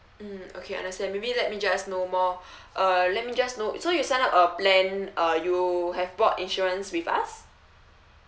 mm okay understand maybe let me just know more uh let me just know so you sign up a plan uh you have bought insurance with us